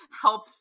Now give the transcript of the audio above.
help